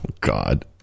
God